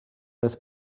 his